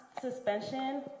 suspension